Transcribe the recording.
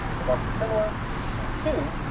the marks are similar and, two,